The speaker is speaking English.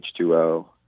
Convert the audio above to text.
H2O